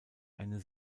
eine